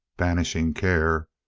banishing care,